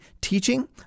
teaching